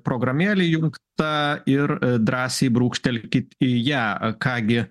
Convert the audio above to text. programėlė įjungta ir drąsiai brūkštelkit į ją ką gi